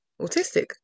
autistic